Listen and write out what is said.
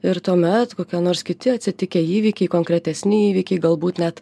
ir tuomet kokie nors kiti atsitikę įvykiai konkretesni įvykiai galbūt net